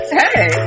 hey